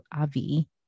Avi